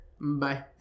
Bye